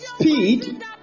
speed